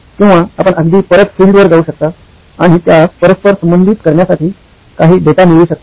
किंवा आपण अगदी परत फील्ड वर जाऊ शकता आणि त्यास परस्पर संबंधित करण्यासाठी काही डेटा मिळवू शकता